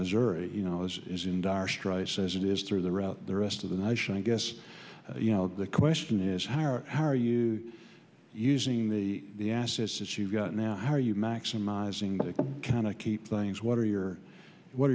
missouri you know is in dire straits as it is through the route the rest of the nation i guess you know the question is how are you using the the assets you've got now how are you maximizing that kind of keep things what are your what